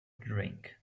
drink